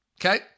Okay